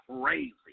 crazy